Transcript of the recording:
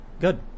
Good